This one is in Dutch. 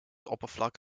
oppervlak